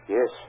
Yes